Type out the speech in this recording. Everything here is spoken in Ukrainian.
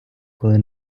коли